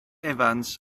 evans